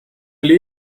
oli